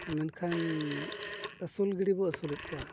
ᱢᱮᱱᱠᱷᱟᱱ ᱟᱹᱥᱩᱞ ᱜᱤᱰᱤᱵᱚᱱ ᱟᱹᱥᱩᱞᱮᱫ ᱠᱚᱣᱟ